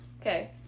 Okay